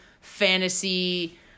fantasy